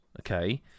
Okay